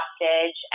hostage